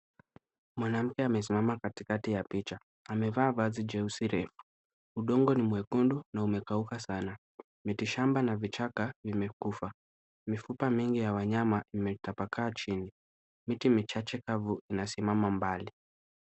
Mwanamke amesimama katikati ya picha. Amevaa vazi jeusi refu. Udongo ni mwekundu na umekauka sana. Mitishamba na vichaka vimekufa. Mifupa mingi ya wanyama imetepakaa chini. Miti michache kavu inasimama mbali.